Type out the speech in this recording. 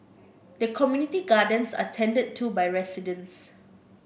the community gardens are tended to by residents